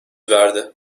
verdi